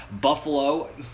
Buffalo